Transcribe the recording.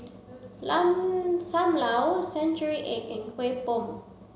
Sam Lau century egg and Kueh Bom